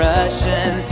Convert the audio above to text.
Russian